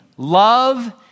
love